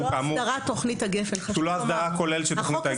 שהוא לא האסדרה הכוללת של תכנית הגפ"ן, חשוב לומר.